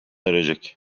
erecek